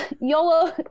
YOLO